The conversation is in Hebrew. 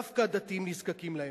דווקא הדתיים נזקקים להם.